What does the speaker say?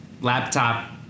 laptop